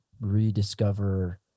rediscover